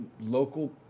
local